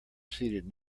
seated